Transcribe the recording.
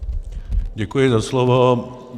Děkuji za slovo.